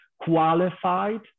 qualified